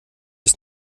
ist